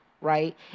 right